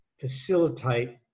facilitate